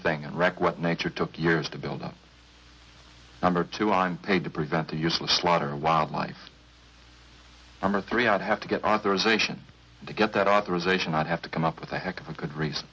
thing and wreck what nature took years to build up number two on paid to prevent the useless slaughter of wildlife or three i'd have to get authorization to get that authorization i'd have to come up with a heck of a good reason